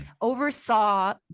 Oversaw